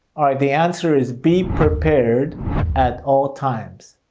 the answer is be prepared at all times.